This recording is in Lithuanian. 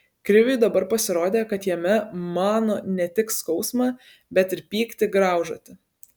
kriviui dabar pasirodė kad jame mano ne tik skausmą bet ir pyktį graužatį